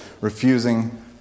refusing